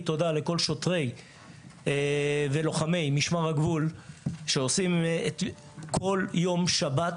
תודה לכל שוטרי ולוחמי משמר הגבול שכל יום שבת